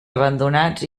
abandonats